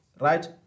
right